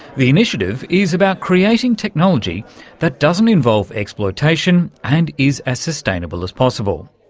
the initiative is about creating technology that doesn't involve exploitation and is as sustainable as possible.